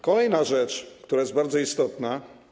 Kolejna rzecz, która jest bardzo istotna.